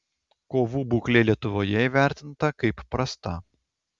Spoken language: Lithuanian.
kovų būklė lietuvoje įvertinta kaip prasta